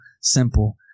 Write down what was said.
simple